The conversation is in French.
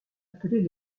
appelés